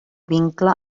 vincle